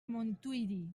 montuïri